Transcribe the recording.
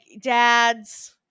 dads